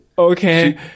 okay